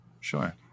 Sure